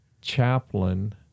chaplain